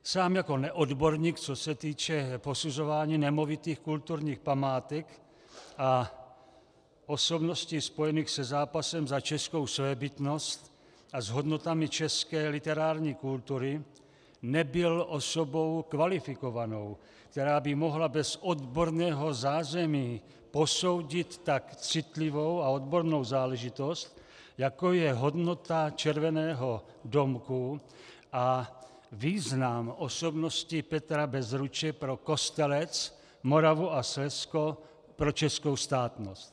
Sám jako neodborník, co se týče posuzování nemovitých kulturních památek a osobností spojených se zápasem za českou svébytnost a s hodnotami české literární kultury, nebyl osobou kvalifikovanou, která by mohla bez odborného zázemí posoudit tak citlivou a odbornou záležitost, jako je hodnota Červeného domku a význam osobnosti Petra Bezruče pro Kostelec, Moravu a Slezsko, pro českou státnost.